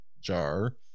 jar